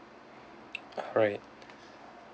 alright